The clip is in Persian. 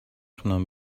تونم